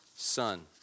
Son